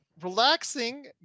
relaxing